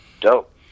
dope